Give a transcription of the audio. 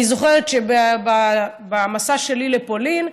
אני זוכרת שבמסע שלי לפולין,